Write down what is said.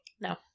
No